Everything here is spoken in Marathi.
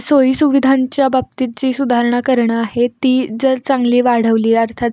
सोयीसुविधांच्या बाबतीत जी सुधारणा करणं आहे ती जर चांगली वाढवली अर्थात